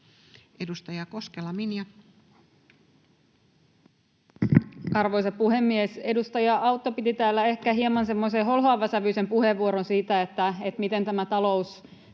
15:50 Content: Arvoisa puhemies! Edustaja Autto piti täällä ehkä hieman semmoisen holhoavasävyisen puheenvuoron siitä, miten tämä talous